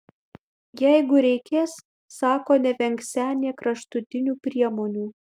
jeigu reikės sako nevengsią nė kraštutinių priemonių